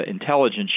intelligence